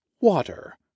water